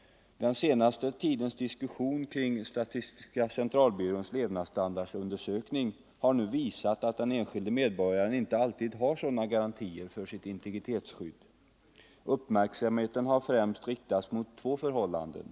Den senaste tidens diskussion kring statistiska centralbyråns levnadsnivåundersökning har nu visat att den enskilde medborgaren inte alltid har sådana garantier för sitt integritetsskydd. Uppmärksamheten har främst riktats mot två förhållanden.